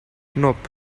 nope